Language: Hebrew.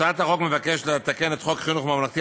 הצעת החוק מבקשת לתקן את חוק חינוך ממלכתי,